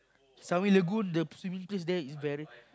Sunway Lagoon the swimming place there is very